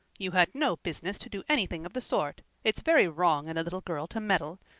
you had no business to do anything of the sort. it's very wrong in a little girl to meddle.